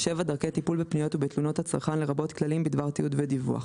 (7)דרכי טיפול בפניות ובתלונות הצרכן לרבות כללים בדבר תיעוד ודיווח.